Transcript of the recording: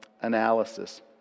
analysis